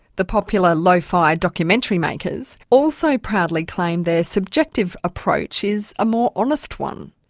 the popular lo-fi documentary makers, also proudly claim their subjective approach is a more honest one.